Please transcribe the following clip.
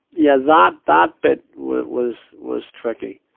yeah. that, that bit was, was was tricky.